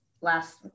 last